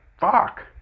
Fuck